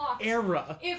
era